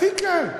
הכי קל.